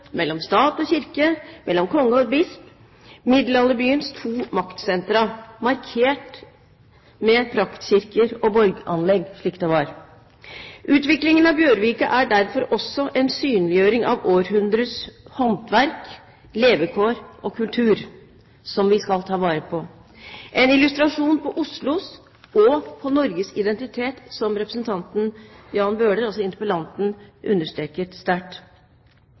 mellom stat og kirke, mellom konge og bisp, som middelalderbyens to maktsentra, markert med praktkirker og borganlegg slik det var. Utviklingen av Bjørvika er derfor også en synliggjøring av århundrets håndverk, levekår og kultur, som vi skal ta vare på – en illustrasjon på Oslos og Norges identitet, som Jan Bøhler, interpellanten, understreket sterkt.